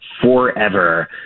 forever